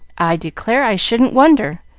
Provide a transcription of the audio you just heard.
i declare i shouldn't wonder!